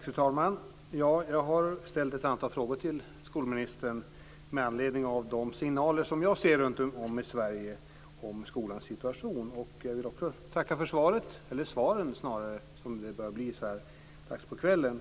Fru talman! Jag har ställt ett antal frågor till skolministern med anledning av de signaler som finns runtom i Sverige om skolans situation. Jag vill också tacka för svaret, eller snarare för svaren som det börjar bli så här dags på kvällen.